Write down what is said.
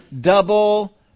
double